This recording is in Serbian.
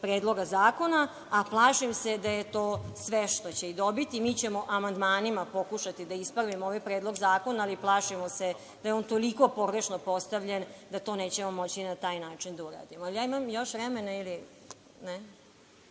predloga zakona, a plašim se da je to sve što će i dobiti. Mi ćemo amandmanima pokušati da ispravimo ovaj predlog zakona, ali plašimo se da je on toliko pogrešno postavljen da to nećemo moći na taj način da uradimo. Imam li ja još vremena, ili